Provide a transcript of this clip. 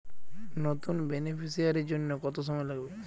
নতুন বেনিফিসিয়ারি জন্য কত সময় লাগবে?